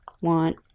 want